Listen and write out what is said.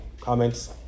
comments